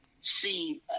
see